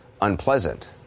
unpleasant